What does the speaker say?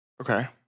Okay